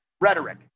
rhetoric